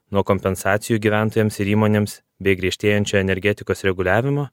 nuo kompensacijų gyventojams ir įmonėms bei griežtėjančių energetikos reguliavimo